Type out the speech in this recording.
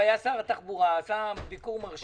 סמוטריץ'